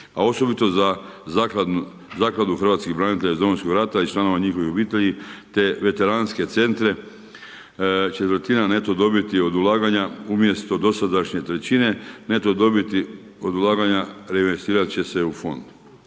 A osobito za zakladu hrvatskih branitelja iz Domovinskog rata i članova njihovih obitelji te veteranske centre, 1/4 neto dobiti je od ulaganja umjesto dosadašnje 1/3 neto dobiti kod ulaganja reinvestirat će se u fond.